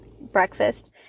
breakfast